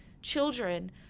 children